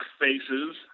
faces